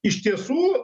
iš tiesų